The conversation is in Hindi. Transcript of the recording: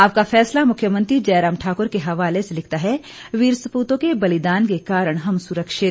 आपका फैसला मुख्यमंत्री जयराम ठाकुर के हवाले से लिखता है वीर सपूतों के बलिदान के कारण हम सुरक्षित